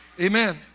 amen